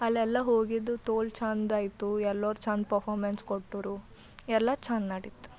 ಅಲ್ಲೆಲ್ಲ ಹೋಗಿದ್ದು ತೋಲ್ ಚೆಂದ ಆಯ್ತು ಎಲ್ಲರು ಚಂದ ಪಫಾಮೆನ್ಸ್ ಕೊಟ್ಟರು ಎಲ್ಲ ಚೆಂದ ನಡೀತು